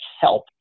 help